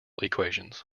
equations